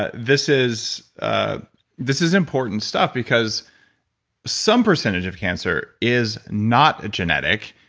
ah this is ah this is important stuff because some percentage of cancer is not genetic,